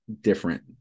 different